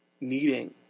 needing